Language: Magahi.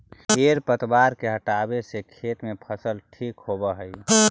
खेर पतवार के हटावे से खेत में फसल ठीक होबऽ हई